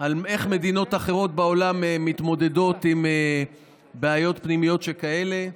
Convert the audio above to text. על איך מדינות אחרות בעולם מתמודדות עם בעיות פנימיות שכאלה.